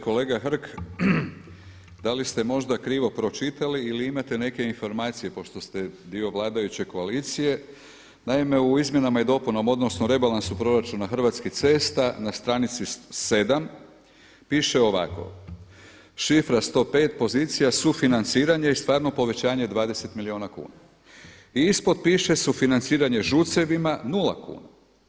Kolega Hrg da li ste možda krivo pročitali ili imate neke informacije pošto ste dio vladajuće koalicije, naime u izmjenama i dopunama odnosno rebalansu proračuna Hrvatskih cesta na stranici 7. piše ovako „Šifra 105, pozicija sufinanciranje i stvarno povećanje 20 milijuna kuna.“ I ispod piše „Sufinanciranje ŽUC-evima 0 kuna“